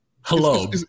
Hello